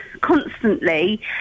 constantly